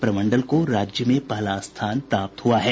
प्रमंडल को राज्य में पहला स्थान प्राप्त हुआ है